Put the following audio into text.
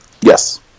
yes